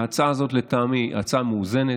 ההצעה הזאת, לטעמי, היא הצעה מאוזנת.